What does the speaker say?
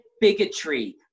bigotry